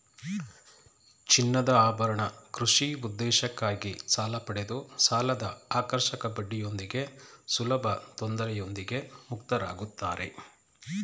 ಚಿನ್ನದಆಭರಣ ಕೃಷಿ ಉದ್ದೇಶಕ್ಕಾಗಿ ಸಾಲಪಡೆದು ಸಾಲದಆಕರ್ಷಕ ಬಡ್ಡಿಯೊಂದಿಗೆ ಸುಲಭತೊಂದರೆಯೊಂದಿಗೆ ಮುಕ್ತರಾಗುತ್ತಾರೆ